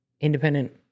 independent